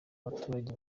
baturage